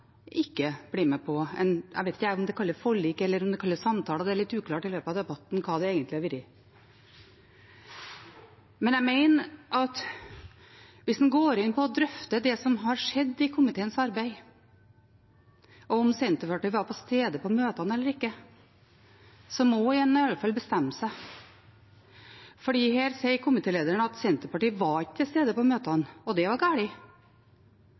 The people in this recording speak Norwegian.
ikke å bli med på et forlik – jeg vet ikke om det kalles et forlik, eller om det kalles samtaler, det har vært litt uklart i løpet av debatten hva det egentlig har vært. Jeg mener at hvis en går inn på og drøfter det som har skjedd i komiteens arbeid, og om Senterpartiet var til stede på møtene eller ikke, må en i alle fall bestemme seg. Her sier komitélederen at Senterpartiet ikke var til stede på møtene, og det var